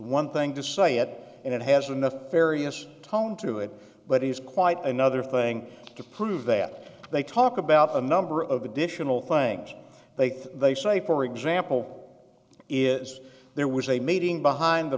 one thing to say it and it has an affair yes tone to it but it's quite another thing to prove that they talk about a number of additional things they they say for example is there was a meeting behind the